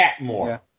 more